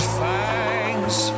thanks